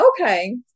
okay